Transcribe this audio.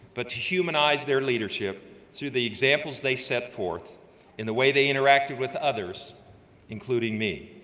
but to humanize their leadership through the examples they set forth in the way they interacted with others including me.